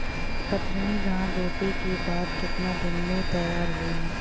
कतरनी धान रोपे के बाद कितना दिन में तैयार होई?